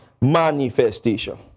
manifestation